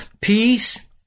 Peace